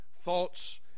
thoughts